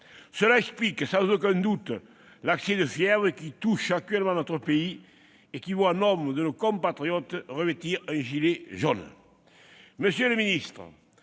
Cela explique sans aucun doute l'accès de fièvre qui touche actuellement notre pays, lequel voit nombre de nos compatriotes revêtir un gilet jaune. Monsieur le ministre,